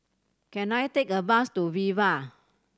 can I take a bus to Viva